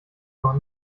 noch